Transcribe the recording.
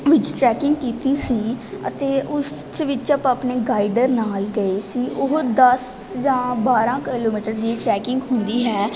ਵਿੱਚ ਟ੍ਰੈਕਿੰਗ ਕੀਤੀ ਸੀ ਅਤੇ ਉਸ ਵਿੱਚ ਆਪਾਂ ਆਪਣੇ ਗਾਈਡਰ ਨਾਲ ਗਏ ਸੀ ਉਹ ਦਸ ਜਾਂ ਬਾਰਾਂ ਕਿਲੋਮੀਟਰ ਦੀ ਟ੍ਰੈਕਿੰਗ ਹੁੰਦੀ ਹੈ